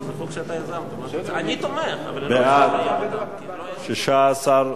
בעד, 16,